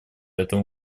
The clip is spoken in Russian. этому